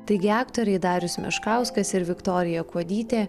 taigi aktoriai darius meškauskas ir viktorija kuodytė